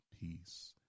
peace